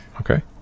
Okay